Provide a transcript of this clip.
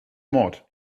mord